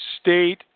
state